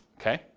Okay